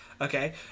okay